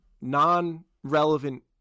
non-relevant